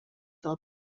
fel